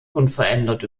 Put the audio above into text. unverändert